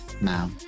now